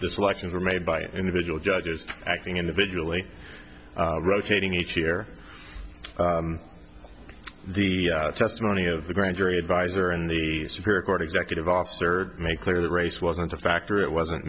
the selections are made by individual judges acting individually relegating each year the testimony of the grand jury advisor and the superior court executive officer make clear that race wasn't a factor it wasn't